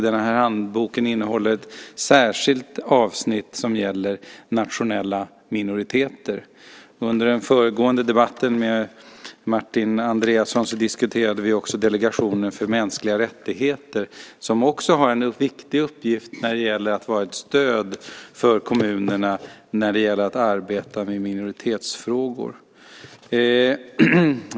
Den här handboken innehåller ett särskilt avsnitt som gäller nationella minoriteter. Under den föregående debatten med Martin Andreasson diskuterade vi också Delegationen för mänskliga rättigheter, som också har en viktig uppgift att vara ett stöd för kommunerna när det gäller att arbeta med minoritetsfrågor.